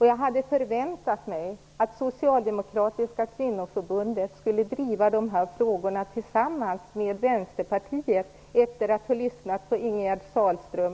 Jag hade förväntat mig att Socialdemokratiska kvinnoförbundet skulle driva dessa frågor tillsammans med Vänsterpartiet, efter att ha lyssnat på Ingegerd